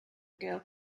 girl